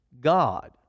God